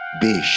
be